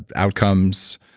outcomes.